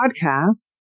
podcast